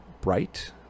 bright